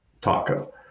taco